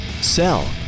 Sell